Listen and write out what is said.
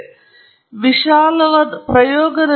ಆದರೆ ಅವುಗಳ ನಡುವಿನ ಸಂಬಂಧವು ಏನು ಎಂದು ನಾನು ಸೂಚಿಸುತ್ತೇನೆ